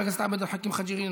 חבר הכנסת עבד אל חכים חאג' יחיא,